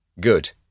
Good